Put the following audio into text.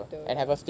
capital ya